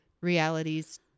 realities